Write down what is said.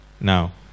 Now